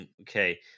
Okay